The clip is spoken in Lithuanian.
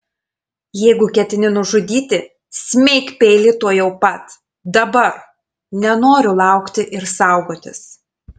jeigu ketini nužudyti smeik peilį tuojau pat dabar nenoriu laukti ir saugotis